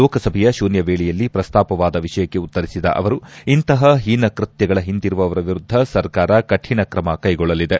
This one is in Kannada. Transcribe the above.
ಲೋಕಸಭೆಯ ಶೂನ್ಲವೇಳೆಯಲ್ಲಿ ಪ್ರಸ್ತಾಪವಾದ ವಿಷಯಕ್ಕೆ ಉತ್ತರಿಸಿದ ಅವರು ಇಂತಹ ಹೀನಕೃತ್ಯಗಳ ಹಿಂದಿರುವವರ ವಿರುದ್ದ ಸರ್ಕಾರ ಕಠಿಣ ಕ್ರಮ ಕೈಗೊಳ್ಳಲಿದೆ